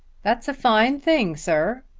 that's a fine thing, sir.